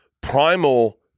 primal